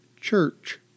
church